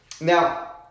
Now